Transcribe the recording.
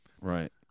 Right